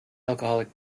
alcoholic